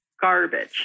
garbage